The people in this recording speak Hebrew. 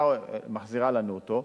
מחזירה לנו אותו,